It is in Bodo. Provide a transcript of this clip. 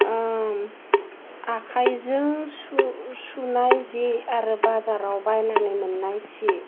आखाइजों सुनाय जे आरो बाजाराव बायनानै मोन्नाय सि